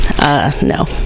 no